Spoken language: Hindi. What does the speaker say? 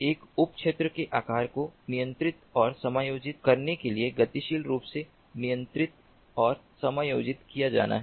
एक उप क्षेत्र के आकार को नियंत्रित और समायोजित करने के लिए गतिशील रूप से नियंत्रित और समायोजित किया जाना है